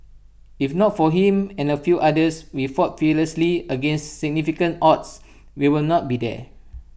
if not for him and A few others we fought fearlessly against significant odds we will not be there